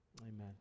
amen